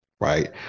right